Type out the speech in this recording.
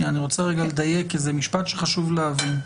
אני רוצה לדייק כי זה משפט שחשוב להבין.